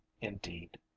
indeed